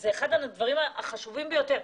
זה אחד הנושאים החשובים ביותר.